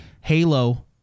Halo